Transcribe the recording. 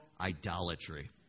Idolatry